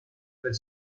per